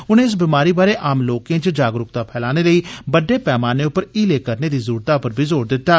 उनें इस बमारी बारै आम लोकें च जागरूकता फैलाने लेई बड्डे पैमाने उप्पर हीले करने दी जरूरता उप्पर जोर दित्ता